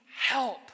help